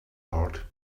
heart